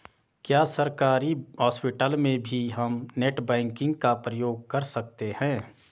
क्या सरकारी हॉस्पिटल में भी हम नेट बैंकिंग का प्रयोग कर सकते हैं?